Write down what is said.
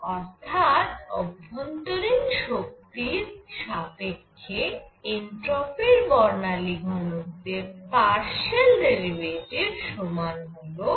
অর্থাৎ অভ্যন্তরীণ শক্তির সাপেক্ষ্যে এনট্রপির বর্ণালী ঘনত্বের পারশিয়াল ডেরিভেটিভ সমান হল 1T